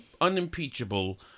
unimpeachable